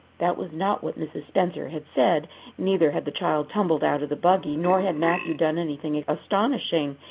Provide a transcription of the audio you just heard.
that was not what mrs. spencer had said neither had the child tumbled out of the buggy nor had matthew done anything astonishing.